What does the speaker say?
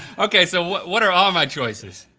okay, so what what are all of my choices?